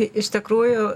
i iš tikrųjų